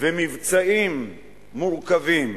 ומבצעים מורכבים,